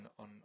on